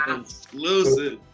Exclusive